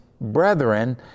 brethren